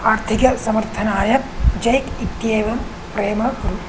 आर्थिकसमर्थनाय Jack इत्येवं प्रेम कुरु